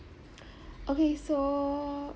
okay so